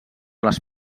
les